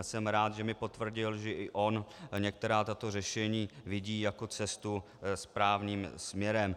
Jsem rád, že mi potvrdil, že i on některá tato řešení vidí jako cestu správným směrem.